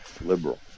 liberal